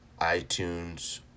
itunes